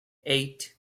eight